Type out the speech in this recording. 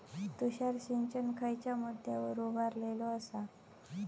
तुषार सिंचन खयच्या मुद्द्यांवर उभारलेलो आसा?